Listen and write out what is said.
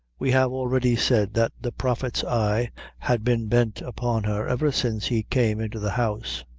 we have already said that the prophet's eye had been bent upon her ever since he came into the house,